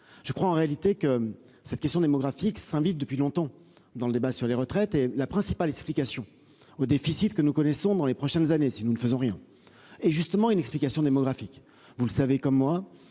Je pense en réalité que cette question s'est invitée depuis longtemps dans le débat sur les retraites. La principale explication au déficit que nous connaîtrons dans les prochaines années si nous ne faisons rien est précisément d'ordre démographique. Vous le savez comme moi,